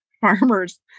farmers